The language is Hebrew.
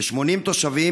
ל-80 תושבים,